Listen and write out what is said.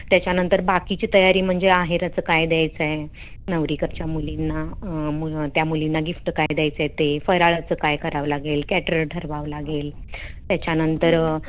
त्याच्यानंतर बाकीची तयारी म्हणजे अहेराचं काय द्यायचं आहे नवरीकडच्या मुलींना मु त्या मुलींना गिफ्ट काय द्यायचं आहे ते फराळाचं काय करावं लागेल कॅटर ठरवावं लागेल त्याच्यानंतर